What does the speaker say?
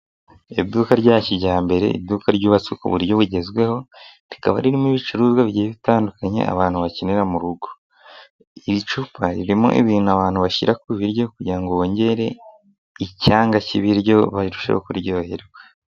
Iduka rya kijyambere; iduka ryubatswe ku buryo bugezweho, rikaba ririmo ibicuruzwa bigiye bitandukanye abantu bakenera mu rugo, iri cupa ririmo ibintu abantu bashyira ku ibiryo kugirango bongere icyanga cy'ibiryo barusheho kuryoherwa.